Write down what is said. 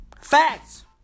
Facts